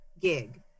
gig